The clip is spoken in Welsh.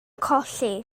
colli